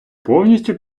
повністю